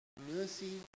mercy